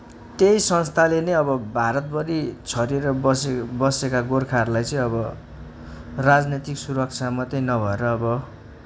त्यही संस्थाले नै अब भारतभरी छरिएर बसे बसेका गोर्खाहरूलाई चाहिँ अब राजनैतिक सुरक्षा मात्रै नभएर अब